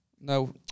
No